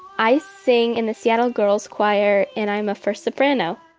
i sing in the seattle girls choir. and i'm a first soprano.